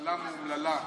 ממשלה אומללה.